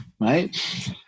right